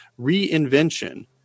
reinvention